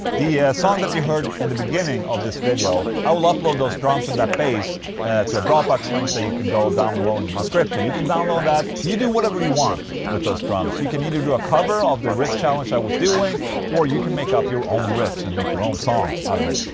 the song that you heard in and the beginning of this video i will upload those drums and that bass to a dropbox link that you can go down below in the description you can download that, you do whatever you want with those drums you can either do a cover of the riff challenge i was doing or you can make up your own riffs and make your own song out of it.